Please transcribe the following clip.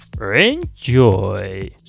Enjoy